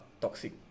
toxic